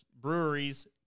Breweries